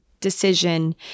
decision